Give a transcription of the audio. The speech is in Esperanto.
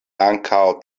ankaŭ